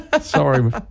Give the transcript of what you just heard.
Sorry